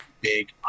big